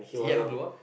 did he ever blow up